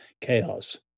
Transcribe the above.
chaos